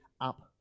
up